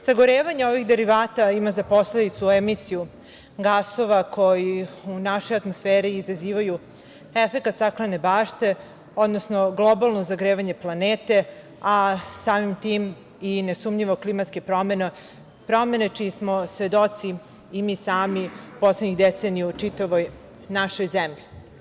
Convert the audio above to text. Sagorevanje ovih derivata ima za posledicu emisiju gasova koji u našoj atmosferi izazivaju efekat staklene bašte, odnosno globalno zagrevanje planete, a samim tim, i nesumnjivo, klimatske promene, čiji smo svedoci i mi sami poslednjih decenija u čitavoj našoj zemlji.